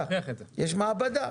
יש מעבדה.